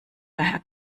daher